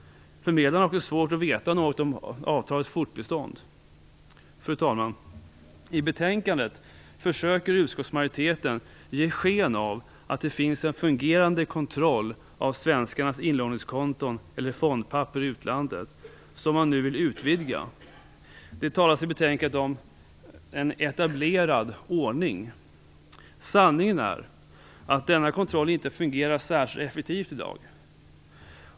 Förmedlaren har också svårt att veta något om avtalets fortbestånd. Fru talman! I betänkandet försöker utskottsmajoriteten ge sken av att det finns en fungerande kontroll av svenskarnas inlåningskonton eller fondpapper i utlandet som man nu vill utvidga. Det talas i betänkandet om en "etablerad ordning". Sanningen är att denna kontroll inte fungerar särskilt effektivt i dag.